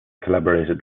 collaborated